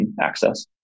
access